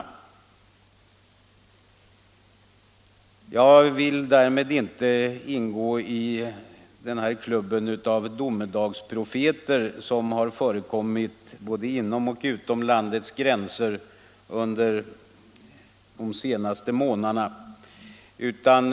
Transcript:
Jag vill med dessa ord inte ansluta mig till den klubb av domedagsprofeter som har gjort sig hörd både inom och utom landets gränser under de senaste månaderna.